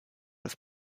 des